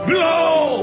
Blow